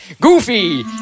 goofy